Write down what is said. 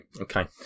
okay